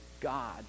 God